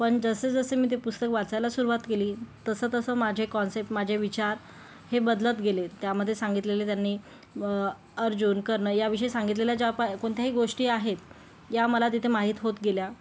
पण जसं जसं मी ते पुस्तक वाचायला सुरवात केली तसं तसं माझे कॉन्सेप्ट माझे विचार हे बदलत गेले त्यामध्ये सांगितलेले त्यांनी अर्जुन कर्ण याविषयी सांगितलेल्या ज्या कोणत्याही गोष्टी आहेत या मला तिथे माहीत होत गेल्या